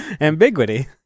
Ambiguity